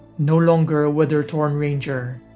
no longer a weathertorn ranger,